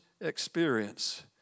experience